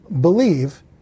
believe